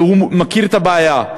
והוא מכיר את הבעיה,